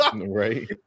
Right